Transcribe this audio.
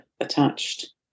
attached